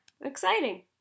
Exciting